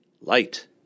Light